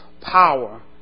power